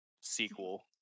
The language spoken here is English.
sequel